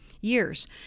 years